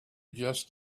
just